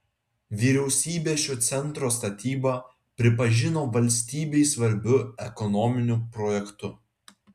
vyriausybė šio centro statybą pripažino valstybei svarbiu ekonominiu projektu